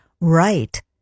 right